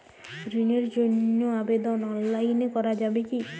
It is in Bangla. ঋণের জন্য আবেদন অনলাইনে করা যাবে কি?